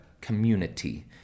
community